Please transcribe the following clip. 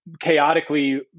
chaotically